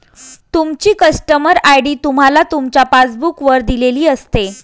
तुमची customer ID तुम्हाला तुमच्या पासबुक वर दिलेली असते